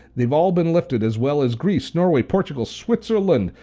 they've all been lifted as well as greece, norway, portugal, switzerland,